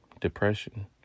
depression